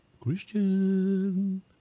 Christian